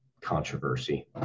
controversy